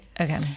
Okay